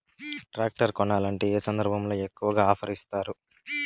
Tractor కొనాలంటే ఏ సందర్భంలో ఎక్కువగా ఆఫర్ ఇస్తారు?